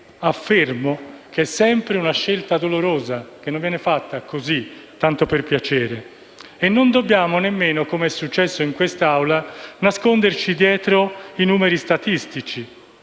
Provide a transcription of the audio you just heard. ricordo - è sempre una scelta dolorosa e non viene fatta così, tanto per piacere. Non dobbiamo nemmeno, come è successo in quest'Aula, nasconderci dietro i numeri statistici.